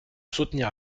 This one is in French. soutenir